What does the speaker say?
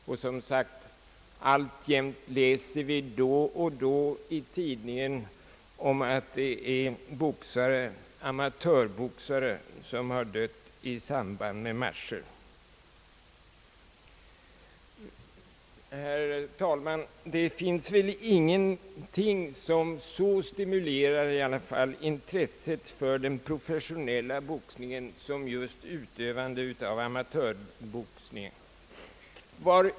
Och vi läser som sagt då och då i tidningen om amatörboxare som har avlidit i samband med matcher. Herr talman! Det finns väl ingenting som så stimulerar intresset för den professionella boxningen som just utövandet av amatörboxning.